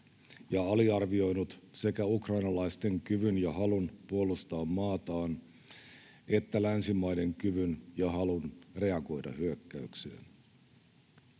ja aliarvioinut sekä ukrainalaisten kyvyn ja halun puolustaa maataan että länsimaiden kyvyn ja halun reagoida hyökkäykseen.